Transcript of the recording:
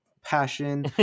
passion